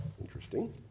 Interesting